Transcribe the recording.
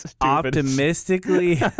optimistically